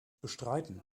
bestreiten